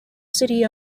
city